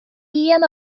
ian